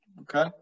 Okay